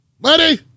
Money